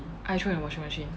I throw into washing machine